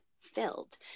filled